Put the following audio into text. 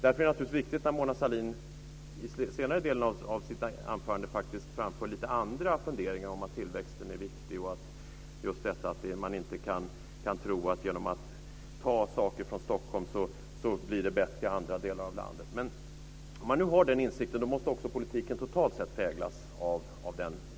Därför var det viktigt att Mona Sahlin i den senare delen av sitt anförande faktiskt framförde lite andra funderingar - att tillväxten är viktig och att man inte kan tro att det blir bättre i andra delar av landet av att man tar saker från Stockholm. Men om man nu har den insikten måste politiken också totalt sett präglas av den.